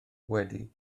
wedi